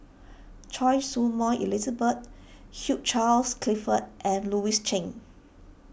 Choy Su Moi Elizabeth Hugh Charles Clifford and Louis Chen